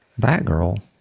Batgirl